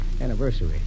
anniversary